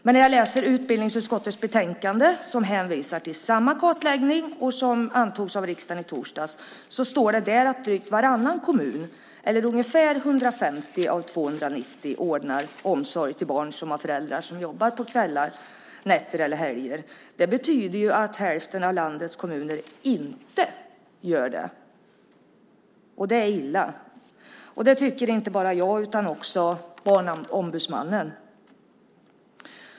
Men när jag läser utbildningsutskottets betänkande som hänvisar till samma kartläggning och som antogs av riksdagen i torsdags så står det där att drygt varannan kommun, eller ungefär 150 av 290, ordnar omsorg till barn som har föräldrar som jobbar på kvällar, nätter eller helger. Det betyder ju att hälften av landets kommuner inte gör det, och det är illa. Det tycker inte bara jag utan också Barnombudsmannen.